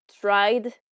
tried